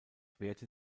wehrte